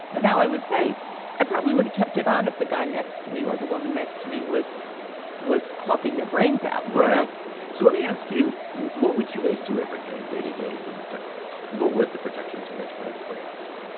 but now, i would say i probably would have kept it on if the guy next to me or the woman next to me was was coughing their brains out. right so let me ask you, what would you guys do every day, day to day that was different? what was the protections you guys put in place?